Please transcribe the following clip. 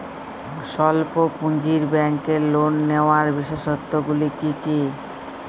স্বল্প পুঁজির ব্যাংকের লোন নেওয়ার বিশেষত্বগুলি কী কী?